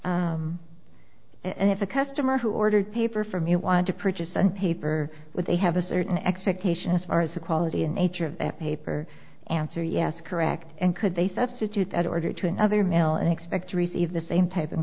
can and if a customer who ordered paper from you want to purchase on paper with they have a certain expectation as far as the quality and nature of paper answer yes correct and could they substitute that or get to another e mail and expect to receive the same type